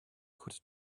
could